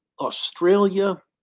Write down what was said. Australia